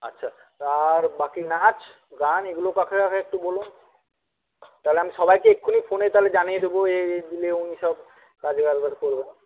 আচ্ছা আর বাকি নাচ গান এগুলো কাকে কাকে একটু বলুন তাহলে আমি সবাইকে এক্ষুনি ফোনে তাহলে জানিয়ে দেবো এ এ দিলে উনি সব কাজকারবার